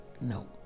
No